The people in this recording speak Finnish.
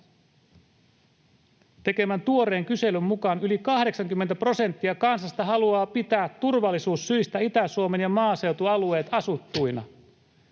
tekemän tuoreen kyselyn mukaan yli 80 prosenttia kansasta haluaa pitää turvallisuussyistä Itä-Suomen ja maaseutualueet asuttuina.